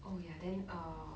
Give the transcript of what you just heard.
oh ya then err